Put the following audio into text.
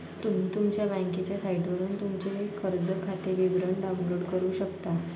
तुम्ही तुमच्या बँकेच्या साइटवरून तुमचे कर्ज खाते विवरण डाउनलोड करू शकता